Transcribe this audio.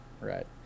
Right